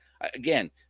Again